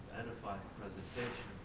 edifying presentation.